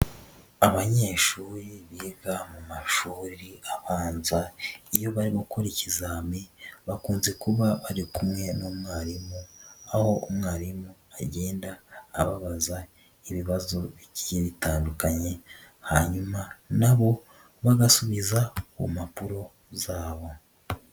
Abanyeshuri biga mu mashuri abanza, iyo bari gukora ikizami bakunze kuba bari kumwe n'umwarimu, aho umwarimu agenda ababaza ibibazo bigiye bitandukanye hanyuma nabo bagasubiza ku mpapuro zabo.